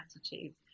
attitudes